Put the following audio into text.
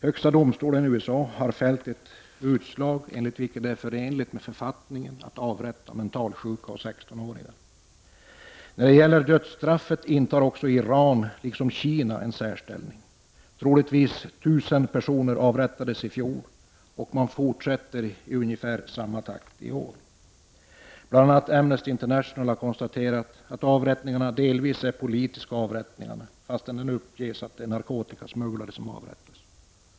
Högsta domstolen i USA har fällt ett utslag, enligt vilket det är förenligt med författningen att avrätta mentalsjuka och 16-åringar. När det gäller dödsstraffet intar också Iran liksom Kina en särställning. Troligtvis avrättades 1000 personer i fjol och man fortsätter i ungefär samma takt i år. Bl.a. Amnesty har konstaterat att avrättningarna delvis är politiska avrättningar, fastän det uppges att det är narkotikasmugglare som avrättas.